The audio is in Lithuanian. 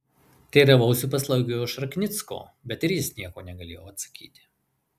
teiravausi paslaugiojo šarknicko bet ir jis nieko negalėjo atsakyti